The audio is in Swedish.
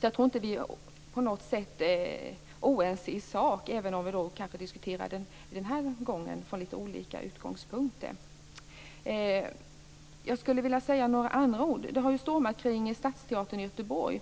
Jag tror inte att vi på något sätt är oense i sak, även om vi kanske diskuterar från litet olika utgångspunkter den här gången. Jag skulle också vilja ta upp något annat. Det har ju stormat kring Stadsteatern i Göteborg.